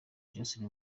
johnston